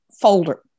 folder